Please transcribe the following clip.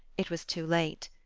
it was too late.